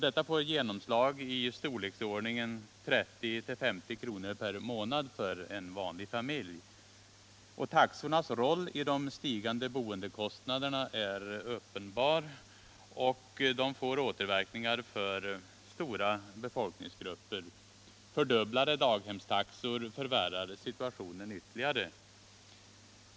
Detta får genomslag i storleksordningen 30-50 kr. per månad för en vanlig familj. Taxornas roll i de stigande boendekostnaderna är uppenbar, och höjningarna får återverkningar för stora befolkningsgrupper. Fördubblade daghemstaxor förvärrar situationen ytterligare.